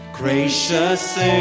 gracious